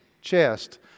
chest